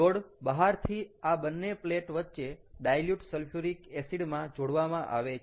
load બહારથી આ બંને પ્લેટ વચ્ચે ડાઈલ્યુટ સલ્ફ્યુરિક એસિડ માં જોડવામાં આવે છે